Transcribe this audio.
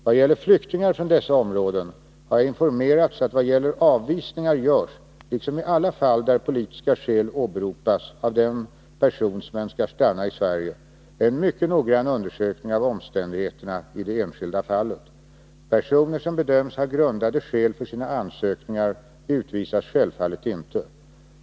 Vad gäller flyktingar från dessa områden har jag informerats att vad gäller avvisningar görs — liksom i alla fall där politiska skäl åberopas av den person som önskar stanna i Sverige —- en mycket noggrann undersökning av omständigheterna i det enskilda fallet. Personer som bedöms ha grundade skäl för sina ansökningar utvisas självfallet inte.